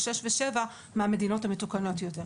שישה או שבעה מן המדינות המתוקנות יותר.